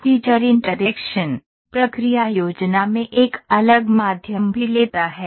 feature interaction प्रक्रिया योजना में एक अलग माध्यम भी लेता है